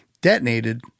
detonated